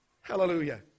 Hallelujah